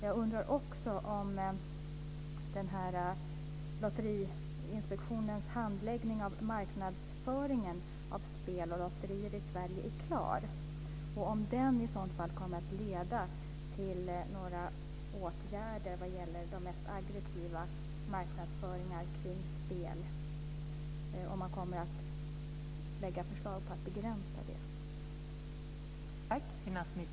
Jag undrar också om Lotteriinspektionens handläggning av marknadsföringen av spel och lotterier i Sverige är klar och om den kommer att leda till några åtgärder mot den mest aggressiva marknadsföringen av spel. Kommer man att lägga fram förslag om att begränsa den?